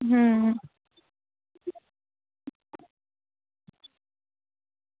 अं